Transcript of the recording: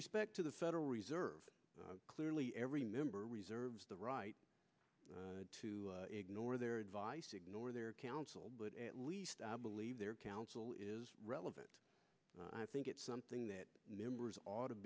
respect to the federal reserve clearly every member reserves the right to ignore their advice ignore their counsel but at least i believe their counsel is relevant i think it's something that members ought to